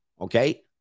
Okay